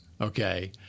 Okay